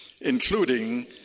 including